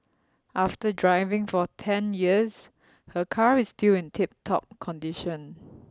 after driving for ten years her car is still in tip top condition